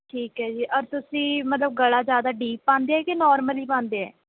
ਠੀਕ ਹੈ ਜੀ ਔਰ ਤੁਸੀਂ ਮਤਲਬ ਗਲਾ ਜ਼ਿਆਦਾ ਡੀਪ ਪਾਉਂਦੇ ਹੈ ਕਿ ਨੌਰਮਲ ਹੀ ਪਾਉਂਦੇ ਹੈ